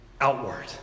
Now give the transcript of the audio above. outward